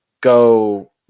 Go